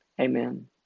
Amen